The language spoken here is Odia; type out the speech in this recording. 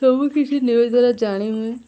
ସବୁକିଛି ନ୍ୟୁଜ୍ ଦ୍ୱାରା ଜାଣିହୁଏ